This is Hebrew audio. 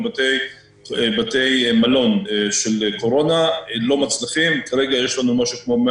לגבי ההנחיות כי מה שקורה כרגע שכל אחד קובע